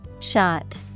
Shot